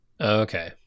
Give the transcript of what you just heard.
okay